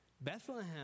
Bethlehem